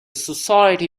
society